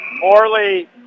Morley